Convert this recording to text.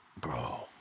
Bro